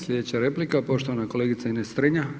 Sljedeća replika, poštovana kolegica Ines Strenja.